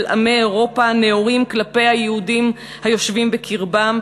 עמי אירופה הנאורים כלפי היהודים היושבים בקרבם,